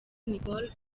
niccolo